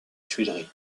tuileries